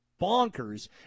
bonkers